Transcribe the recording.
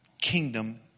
Kingdom